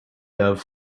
dove